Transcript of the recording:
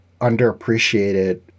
underappreciated